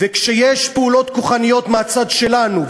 וכשיש פעולות כוחניות מהצד שלנו,